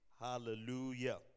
Hallelujah